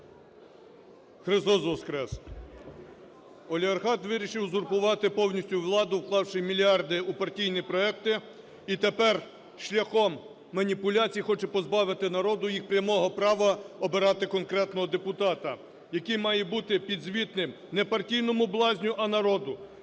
Христос воскрес! Олігархат вирішив узурпувати повністю владу, вклавши мільярди у партійні проекти, і тепер шляхом маніпуляцій хоче позбавити народ їх прямого права обирати конкретного депутата, який має бути підзвітним не партійному блазню, а народу,